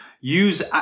use